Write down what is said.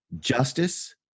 justice